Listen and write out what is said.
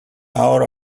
our